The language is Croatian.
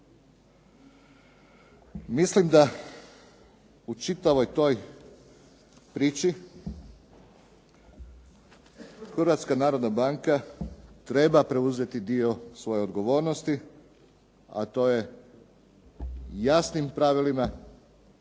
Mislim da u čitavoj toj priči Hrvatska narodna banka treba preuzeti dio svoje odgovornosti, a to je jasnim pravilima se odrediti prema